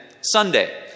Sunday